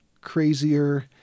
crazier